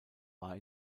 war